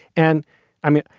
and i mean,